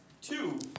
two